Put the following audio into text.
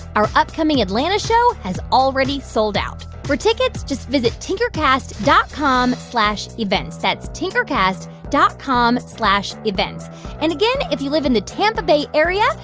our upcoming atlanta show has already sold out. for tickets, just visit tinkercast dot com slash events. that's tinkercast dot com events and again, if you live in the tampa bay area,